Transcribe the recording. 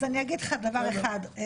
אז אני אגיד לך דבר אחד,